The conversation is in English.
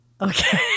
Okay